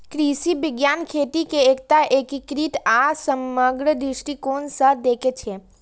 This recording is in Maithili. कृषि विज्ञान खेती कें एकटा एकीकृत आ समग्र दृष्टिकोण सं देखै छै